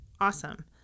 awesome